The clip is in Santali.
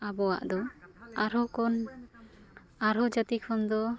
ᱟᱵᱚᱣᱟᱜ ᱫᱚ ᱟᱨᱦᱚᱸ ᱠᱷᱚᱱ ᱟᱨᱦᱚ ᱡᱟᱹᱛᱤ ᱠᱷᱚᱱ ᱫᱚ